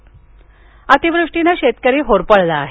फडणवीस अतिवृष्टीनं शेतकरी होरपळला आहे